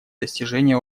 достижения